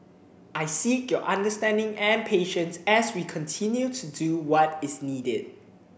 I seek your understanding and patience as we continue to do what is needed